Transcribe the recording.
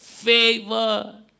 favor